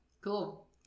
cool